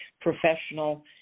professional